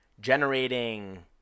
generating